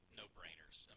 no-brainers